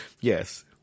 Yes